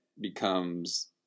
becomes